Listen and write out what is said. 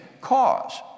cause